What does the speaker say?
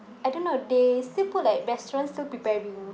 I don't know they still put like restaurant still preparing